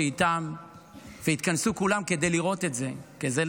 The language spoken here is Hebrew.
שצופות בנו שבאמת נאלצתי להפסיק באמצע,